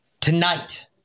Tonight